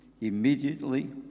Immediately